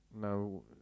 No